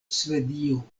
svedio